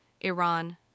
Iran